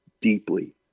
deeply